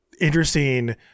interesting